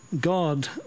God